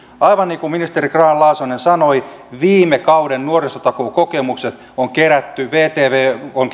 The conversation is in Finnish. aivan niin kuin ministeri grahn laasonen sanoi viime kauden nuorisotakuukokemukset on kerätty yhteen vtv on